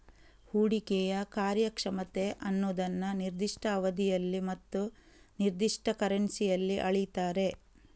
ಹೂಡಿಕೆಯ ಕಾರ್ಯಕ್ಷಮತೆ ಅನ್ನುದನ್ನ ನಿರ್ದಿಷ್ಟ ಅವಧಿಯಲ್ಲಿ ಮತ್ತು ನಿರ್ದಿಷ್ಟ ಕರೆನ್ಸಿಯಲ್ಲಿ ಅಳೀತಾರೆ